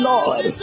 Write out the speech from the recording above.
Lord